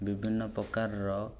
ବିଭିନ୍ନ ପ୍ରକାରର